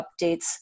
updates